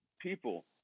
people